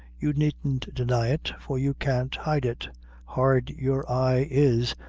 you needn't deny it, for you can't hide it hard your eye is,